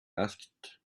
asked